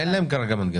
לא, אין להם כרגע מנגנון.